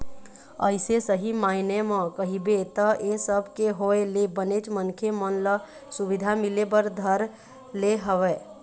अइसे सही मायने म कहिबे त ऐ सब के होय ले बनेच मनखे मन ल सुबिधा मिले बर धर ले हवय